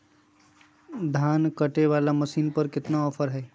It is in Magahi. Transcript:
धान कटे बाला मसीन पर कतना ऑफर हाय?